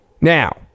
Now